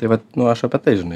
tai vat nu aš apie tai žinai